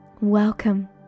Welcome